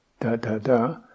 da-da-da